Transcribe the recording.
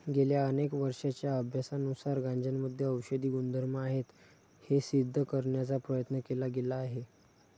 गेल्या अनेक वर्षांच्या अभ्यासानुसार गांजामध्ये औषधी गुणधर्म आहेत हे सिद्ध करण्याचा प्रयत्न केला गेला आहे